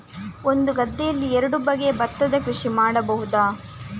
ಒಂದು ಗದ್ದೆಯಲ್ಲಿ ಎರಡು ಬಗೆಯ ಭತ್ತದ ಕೃಷಿ ಮಾಡಬಹುದಾ?